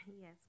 Yes